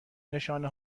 نشانه